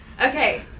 Okay